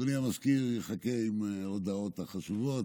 אדוני המזכיר יחכה עם ההודעות החשובות.